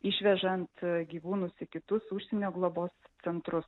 išvežant gyvūnus į kitus užsienio globos centrus